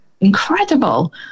incredible